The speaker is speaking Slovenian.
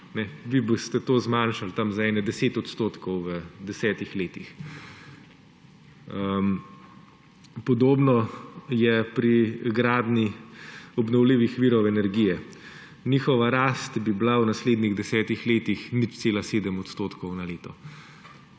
Vi boste to zmanjšali za nekih 10 odstotkov v desetih letih. Podobno je pri gradnji obnovljivih virov energije. Njihova rast bi bila v naslednjih desetih letih 0,7 odstotka na leto.